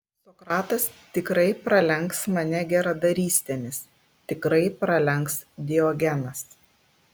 sokratas tikrai pralenks mane geradarystėmis tikrai pralenks diogenas